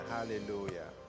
Hallelujah